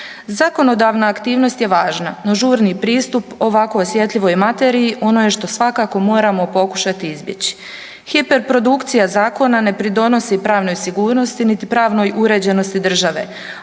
Zakonodavna aktivnost je važna no žurni pristup ovako osjetljivoj materiji ono je što svakako moramo pokušati izbjeći. Hiperprodukcija zakona ne pridonosi pravnoj sigurnosti nit pravnoj uređenosti države,